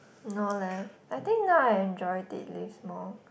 no leh I think now I enjoy dead lifts more